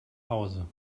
hause